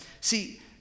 See